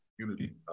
community